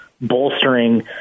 bolstering